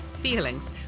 Feelings